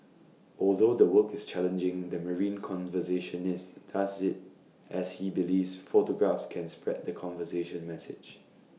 although the work is challenging the marine conservationist does IT as he believes photographs can spread the conservation message